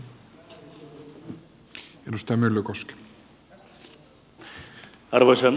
arvoisa herra puhemies